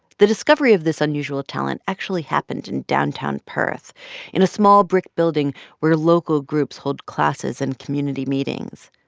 the discovery of this unusual talent actually happened in downtown perth in a small brick building where local groups hold classes and community meetings.